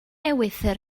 ewythr